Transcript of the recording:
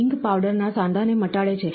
ink powder ના સાંધાને મટાડે છે